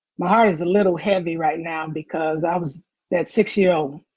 my heart is a little heavy right now, because i was that six-year-old.